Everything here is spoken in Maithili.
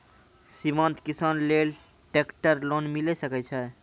सीमांत किसान लेल ट्रेक्टर लोन मिलै सकय छै?